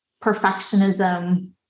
perfectionism